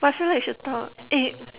but I feel that we should talk eh